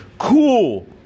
cool